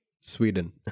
sweden